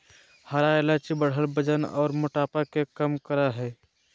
हरा इलायची बढ़ल वजन आर मोटापा के कम करई हई